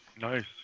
Nice